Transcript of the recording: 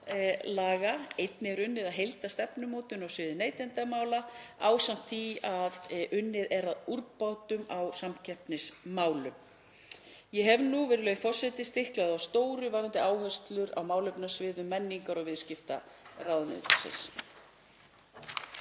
Einnig er unnið að heildarstefnumótun á sviði neytendamála ásamt því að unnið er að úrbótum á samkeppnismálum. Ég hef nú, virðulegi forseti, stiklað á stóru varðandi áherslur á málefnasviði menningar- og viðskiptaráðuneytisins.